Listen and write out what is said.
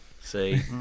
See